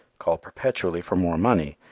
call perpetually for more money,